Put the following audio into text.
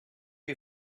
you